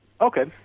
Okay